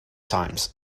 times